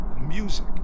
music